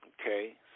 Okay